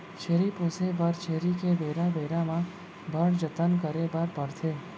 छेरी पोसे बर छेरी के बेरा बेरा म बड़ जतन करे बर परथे